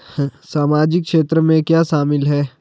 सामाजिक क्षेत्र में क्या शामिल है?